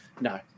No